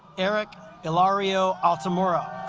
eric hilario altamira